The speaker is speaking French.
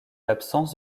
l’absence